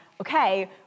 okay